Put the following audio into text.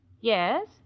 Yes